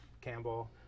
Campbell